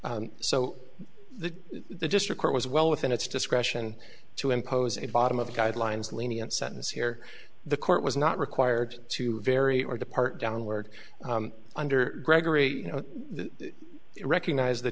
so that the district court was well within its discretion to impose a bottom of the guidelines lenient sentence here the court was not required to vary or depart downward under gregory you know recognize th